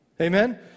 Amen